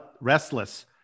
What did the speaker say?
restless